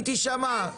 היא תשמע.